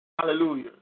Hallelujah